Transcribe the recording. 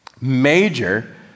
major